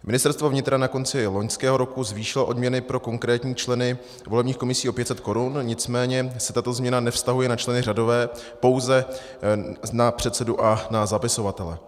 Ministerstvo vnitra na konci loňského roku zvýšilo odměny pro konkrétní členy volebních komisí o 500 korun, nicméně se tato změna nevztahuje na členy řadové, pouze na předsedu a na zapisovatele.